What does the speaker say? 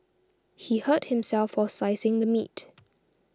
he hurt himself while slicing the meat